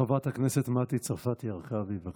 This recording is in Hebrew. חברת הכנסת מטי צרפתי הרכבי, בבקשה.